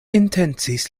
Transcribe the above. intencis